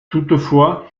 toutefois